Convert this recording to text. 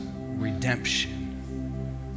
redemption